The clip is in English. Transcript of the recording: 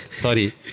Sorry